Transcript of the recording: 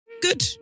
Good